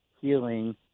healing